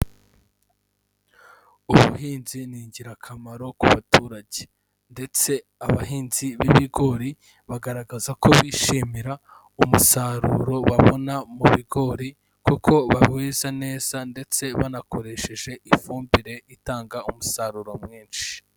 Ubuhinzi ni ingirakamaro ku baturage, ndetse abahinzi b'ibigori bagaragaza ko bishimira umusaruro babona mu bigori, kuko beza neza ndetse banakoresheje ifumbire itanga umusaruro mwinshi.